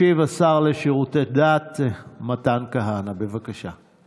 ישיב השר לשירותי דת מתן כהנא, בבקשה.